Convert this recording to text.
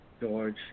George